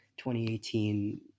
2018